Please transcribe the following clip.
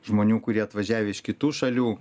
žmonių kurie atvažiavę iš kitų šalių